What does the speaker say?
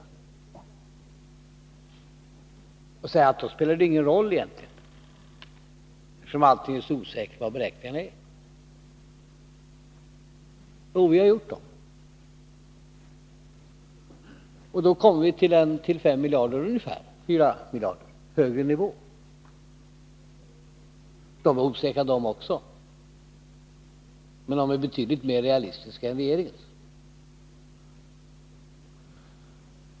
Om allting är så osäkert spelar det ju ingen roll egentligen hur beräkningarna blir. Jo, vi har gjort dem. Vi kommer fram till en 4 eller 5 miljarder högre nivå. De beräkningarna är osäkra de också, men de är betydligt mer realistiska än regeringens.